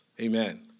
Amen